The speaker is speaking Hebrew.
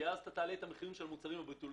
כי אז זה יעלה את המחיר של המוצרים הבתוליים.